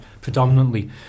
predominantly